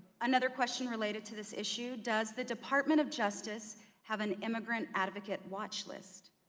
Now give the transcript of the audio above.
another question related to this issue. does the department of justice have an immigrant advocate watch list?